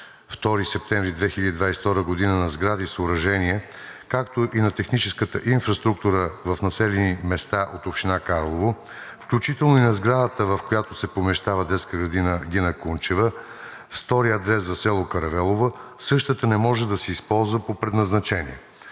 2 септември 2022 г. на сгради и съоръжения, както и на техническата инфраструктура в населени места от община Карлово, включително и на сградата, в която се помещава детска градина „Гина Кунчева“, с втори адрес за село Каравелово, същата не може да се използва по предназначение.